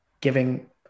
giving